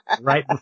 right